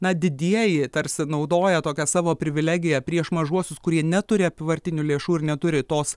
na didieji tarsi naudoja tokią savo privilegiją prieš mažuosius kurie neturi apyvartinių lėšų ir neturi tos